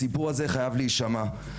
הסיפור הזה חייב להישמע.